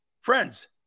Friends